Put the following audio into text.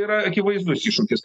yra akivaizdus iššūkis